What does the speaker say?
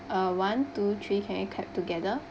uh one two three can we clap together